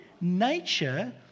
nature